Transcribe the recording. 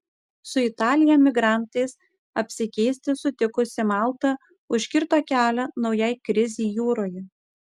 su italija migrantais apsikeisti sutikusi malta užkirto kelią naujai krizei jūroje